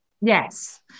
Yes